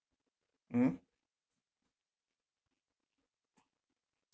mmhmm